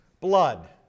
blood